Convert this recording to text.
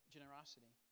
Generosity